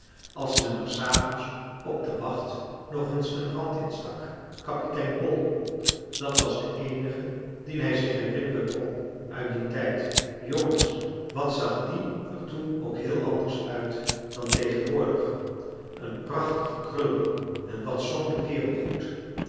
als men er s avonds op de wacht nog eens den brand in stak kapitein bol dat was de eenige dien hij zich herinneren kon uit dien tijd jongens wat zag die er toen ook heel anders uit dan tegenwoordig een prachtige krullebol en wat zong de kerel goed